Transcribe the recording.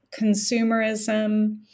consumerism